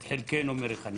את חלקנו מריחאניה.